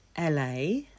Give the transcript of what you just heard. LA